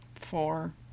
Four